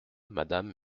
madame